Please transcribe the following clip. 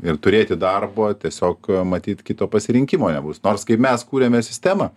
ir turėti darbo tiesiog matyt kito pasirinkimo nebus nors kaip mes kūrėme sistemą